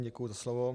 Děkuji za slovo.